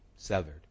Severed